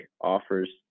offers